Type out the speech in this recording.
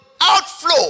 outflow